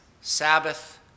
Sabbath